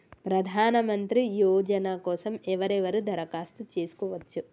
ప్రధానమంత్రి యోజన కోసం ఎవరెవరు దరఖాస్తు చేసుకోవచ్చు?